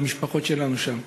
אל המשפחות שלנו שם.